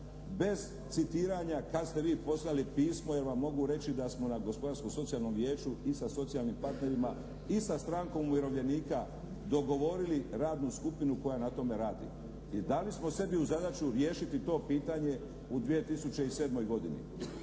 bez citiranja kad ste vi poslali pismo jer vam mogu reći da smo na Gospodarsko-socijalnom vijeću i sa socijalnim partnerima i sa Strankom umirovljenika dogovorili radnu skupinu koja na tome radi. I dali smo sebi u zadaću riješiti to pitanje u 2007. godini.